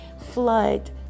flood